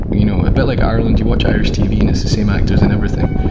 you know a bit like ireland. you watch irish tv, and it's the same actors and everything.